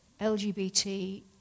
LGBT